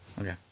Okay